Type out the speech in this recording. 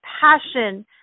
passion